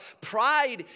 Pride